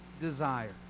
desire